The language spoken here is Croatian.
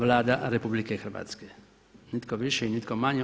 Vlada RH, nitko više i nitko manje.